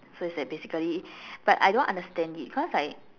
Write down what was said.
so it's like basically but I don't understand it cause like